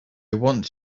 want